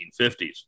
1950s